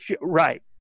right